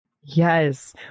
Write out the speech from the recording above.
Yes